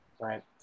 Right